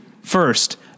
first